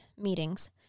meetings